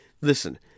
Listen